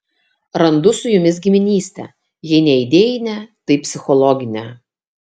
randu su jumis giminystę jei ne idėjinę tai psichologinę